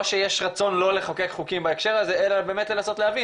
שיש רצון לא לחוקק חוקים בהקשר הזה אלא באמת לנסות להבין,